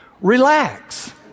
relax